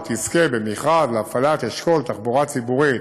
תזכה במכרז להפעלת אשכול תחבורה ציבורית,